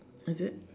is it